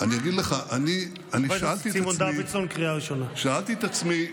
אני אגיד לך, אני שאלתי את עצמי,